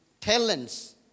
talents